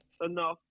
enough